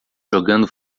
jogando